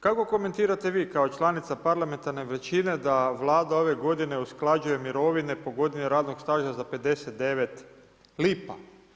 Kako komentirate vi kao članica parlamentarne većine da Vlada ove godine usklađuje mirovine po godini radnog staža za 59 lipa?